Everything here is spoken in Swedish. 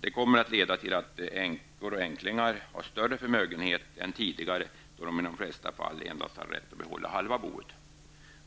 Detta kommer att leda till att änkor och änklingar får en större förmögenhet än tidigare, då de i de flesta fall endast hade rätt till halva boet. De